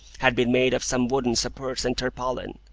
had been made of some wooden supports and tarpaulin.